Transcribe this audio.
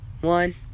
one